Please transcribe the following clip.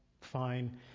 fine